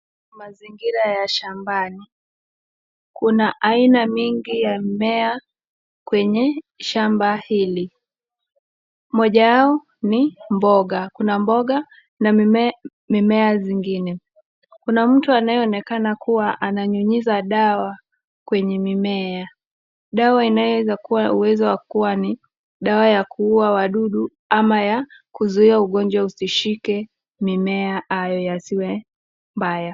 Mazingira ya shambani. Kuna aina mingi ya mimea kwenye shamba hili. Moja yao ni mboga. Kuna mboga na mimea zingine. Kuna mtu anayeonekana kuwa ananyunyiza dawa kwenye mimea. Dawa inayoweza kuwa uwezo wa kuwa ni dawa ya kuua wadudu ama ya kuzuia ugonjwa usishike mimea hayo yasiwe mbaya.